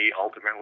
ultimately